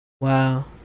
Wow